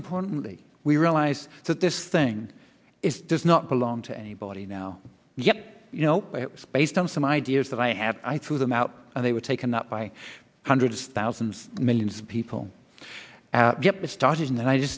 importantly we realize that this thing is does not belong to anybody now yep you know it's based on some ideas that i have i threw them out and they were taken up by hundreds thousands millions of people get it started in the united